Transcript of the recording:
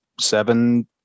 seven